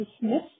dismiss